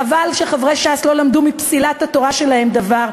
חבל שחברי ש"ס לא למדו מפסילת התורה שלהם דבר.